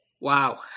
Wow